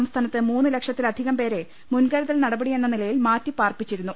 സംസ്ഥാനത്ത് മൂന്ന് ലക്ഷത്തിലധികംപേരെ മുൻകരുതൽ നടപടിയെന്ന നിലയിൽ മാറ്റിപാർപ്പിച്ചിരുന്നു